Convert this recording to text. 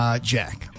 Jack